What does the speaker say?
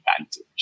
advantage